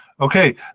okay